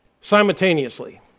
simultaneously